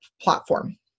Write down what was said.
platform